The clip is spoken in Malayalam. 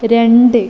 രണ്ട്